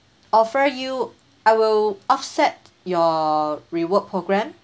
offer you I will offset your reward programme